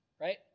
Right